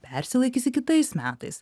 persilaikysi kitais metais